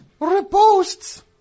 reposts